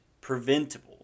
preventable